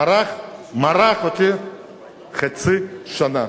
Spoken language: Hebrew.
מרח אותי חצי שנה,